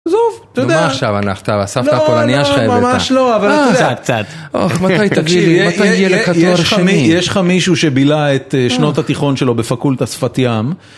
עזוב, אתה יודע. מה עכשיו, הלכת על הסבתא הפולנייה חייבת? לא, לא, ממש לא, אבל... קצת, קצת. אוי, מתי תקשיבי, מתי יגיע לתואר שני? יש לך מישהו שבילה את שנות התיכון שלו בפקולטה שפת ים.